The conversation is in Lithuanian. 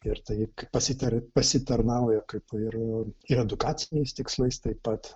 ir tai pasitaria pasitarnauja kaip ir edukaciniais tikslais taip pat